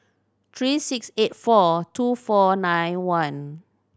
three six eight four two four nine one